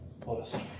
plus